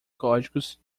códigos